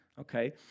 okay